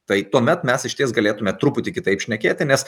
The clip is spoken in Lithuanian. tai tuomet mes išties galėtume truputį kitaip šnekėti nes